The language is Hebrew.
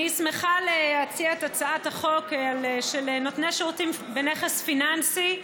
אני שמחה להציע את הצעת החוק על נותני השירותים בנכס פיננסי.